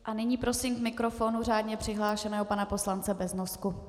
A nyní prosím k mikrofonu řádně přihlášeného pana poslance Beznosku.